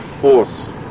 force